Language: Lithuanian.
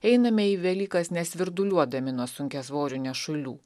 einame į velykas nesvirduliuodami nuo sunkiasvorių nešulių